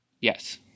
Yes